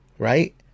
Right